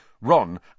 Ron